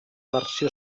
versió